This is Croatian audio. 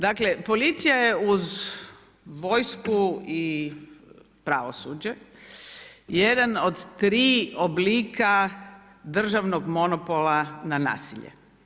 Dakle policija je uz vojsku i pravosuđe jedan od tri oblika državnog monopola na nasilje.